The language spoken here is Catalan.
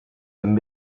amb